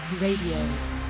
Radio